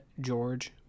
George